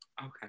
Okay